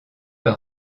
par